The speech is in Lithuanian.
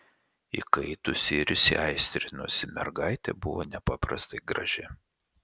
įkaitusi ir įsiaistrinusi mergaitė buvo nepaprastai graži